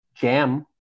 jam